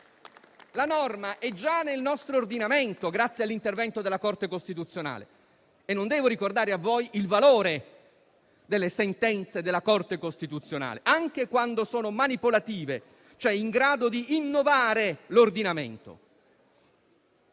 La norma è già nel nostro ordinamento grazie all'intervento della Corte costituzionale. E non devo ricordare a voi il valore delle sentenze della Corte costituzionale, anche quando sono manipolative, cioè in grado di innovare l'ordinamento.